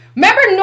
Remember